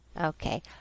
Okay